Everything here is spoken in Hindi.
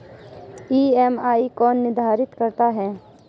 ई.एम.आई कौन निर्धारित करता है?